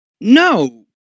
No